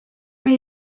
when